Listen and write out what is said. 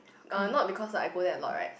uh not because like I go there a lot right